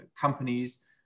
companies